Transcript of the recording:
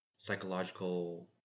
psychological